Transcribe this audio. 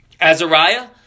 Azariah